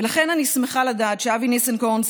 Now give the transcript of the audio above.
ולכן אני שמחה לדעת שאבי ניסנקורן,